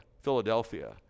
Philadelphia